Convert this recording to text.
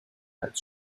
met